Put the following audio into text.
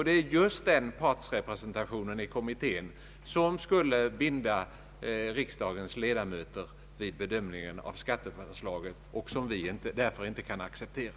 Det är just den partsrepresentation i kommittén som skulle binda riksdagens 1edamöter vid bedömningen av skatteförslaget och som vi därför inte kan acceptera.